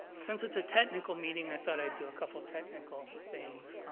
since it's a technical meeting, i thought i'd do a couple of technical things.